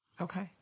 Okay